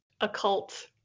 occult